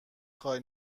خوای